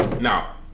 Now